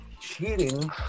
cheating